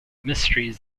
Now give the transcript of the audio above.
mysteries